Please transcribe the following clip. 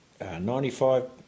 95